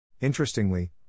Interestingly